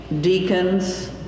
deacons